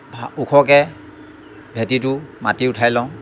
ওখকৈ ভেঁটিটো মাটি উঠাই লওঁ